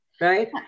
right